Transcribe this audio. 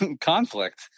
conflict